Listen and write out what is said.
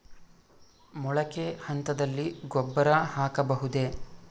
ಮೊಳಕೆ ಹಂತದಲ್ಲಿ ಗೊಬ್ಬರ ಹಾಕಬಹುದೇ?